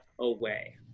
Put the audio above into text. away